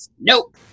Nope